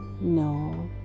No